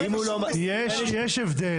יש הבדל.